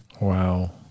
Wow